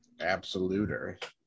absoluter